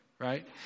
Right